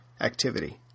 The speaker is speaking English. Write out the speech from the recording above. activity